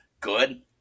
good